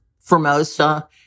Formosa